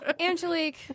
Angelique